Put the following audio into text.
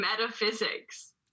metaphysics